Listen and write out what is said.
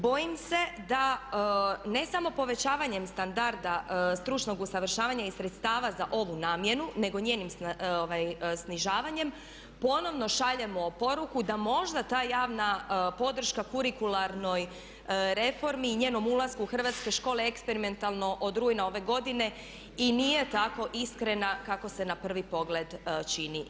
Bojim se da ne samo povećavanjem standarda stručnog usavršavanja iz sredstava za ovu namjenu nego njenim snižavanjem ponovno šaljemo poruku da možda ta javna podrška kurikularnoj reformi i njenom ulasku u hrvatske škole eksperimentalno od rujna ove godine i nije tako iskrena kako se na prvi pogled čini.